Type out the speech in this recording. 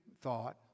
thought